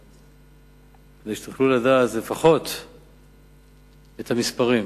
כדי שתוכלו לדעת לפחות את המספרים.